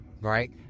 Right